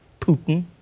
Putin